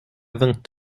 vingt